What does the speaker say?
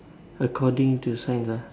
according to science ah